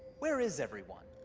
where is everyone?